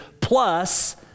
plus